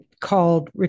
called